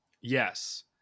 yes